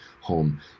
home